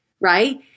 Right